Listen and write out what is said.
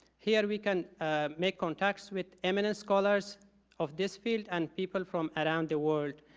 here we can make contacts with eminent scholars of this field and people from around the world.